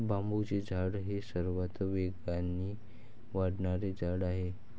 बांबूचे झाड हे सर्वात वेगाने वाढणारे झाड आहे